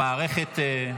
המערכת,